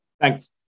thanks